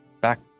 back